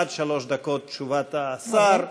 עד שלוש דקות תשובת השר.